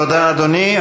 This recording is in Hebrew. תודה, אדוני.